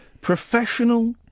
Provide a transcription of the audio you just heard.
Professional